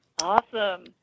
Awesome